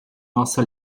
nossa